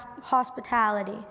hospitality